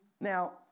Now